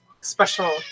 special